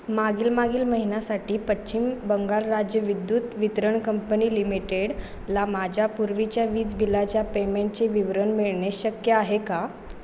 मागील मागील महिन्यासाठी पश्चिम बंगाल राज्य विद्युत वितरण कंपनी लिमिटेडला माझ्या पूर्वीच्या वीज बिलाच्या पेमेंटचे विवरण मिळणे शक्य आहे का